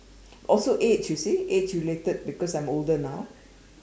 also age you see aged related because I'm older now